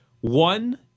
one